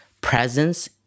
presence